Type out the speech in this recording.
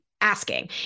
asking